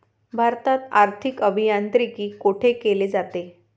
भारतात आर्थिक अभियांत्रिकी कोठे केले जाते?